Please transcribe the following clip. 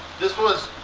this was.